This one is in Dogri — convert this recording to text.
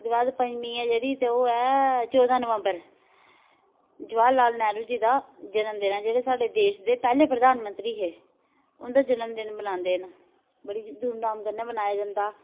ओह्दे बाद पंजमी ऐ जेह्ड़ी ते ओह् ऐ चौदां नवबंर जवाहरलाल नेहरु जी दा जनम दिन ऐ जेह्ड़े साढ़े देश दे पैह्ले प्रधानमंत्री हे उं'दा जनम दिन मनांदे न बड़ी धूमधाम कन्नै मनाया जंदा